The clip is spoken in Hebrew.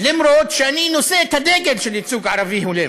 למרות שאני נושא את הדגל של ייצוג ערבי הולם,